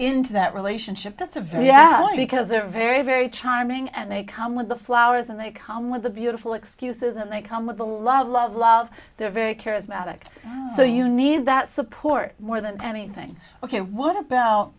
into that relationship that's a very yeah because they're very very charming and they come with the flowers and they come with the beautiful excuses and they come with a lot of love love they're very charismatic so you need that support more than anything ok what about